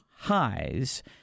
highs